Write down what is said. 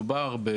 אלא